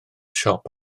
siop